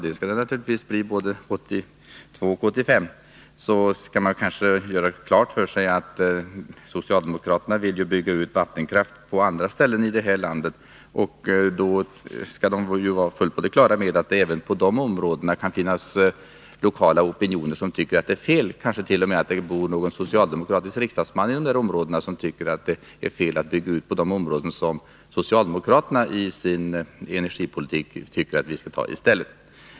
Det skall det naturligtvis bli, men man bör ha klart för sig att socialdemokraterna vill bygga ut vattenkraft på andra ställen i det här landet. Socialdemokraterna bör alltså vara fullt på det klara med att det även i de områdena kan finnas lokala opinioner — det kanske t.o.m. bor någon socialdemokratisk riksdagsman där — som tycker att det är fel att bygga ut de områden som socialdemokraternas energipolitik innebär att vi i stället skall bygga ut.